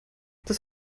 das